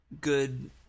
good